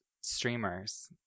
streamers